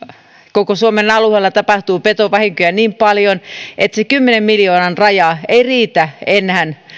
koko suomen alueella tapahtuu petovahinkoja niin paljon että se kymmenen miljoonan raja ei enää